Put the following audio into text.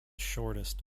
shortest